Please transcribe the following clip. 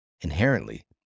inherently